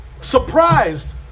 Surprised